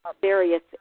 various